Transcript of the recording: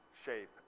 shape